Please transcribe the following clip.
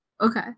Okay